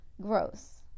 Gross